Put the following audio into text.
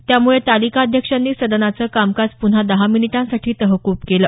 त्यामुळे तालिका अध्यक्षांनी सदनाचं कामकाज पुन्हा दहा मिनिटांसाठी तहकूब केलं